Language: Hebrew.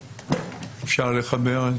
על מה שדיברנו עד